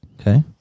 okay